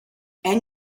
and